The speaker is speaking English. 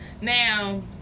Now